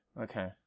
Okay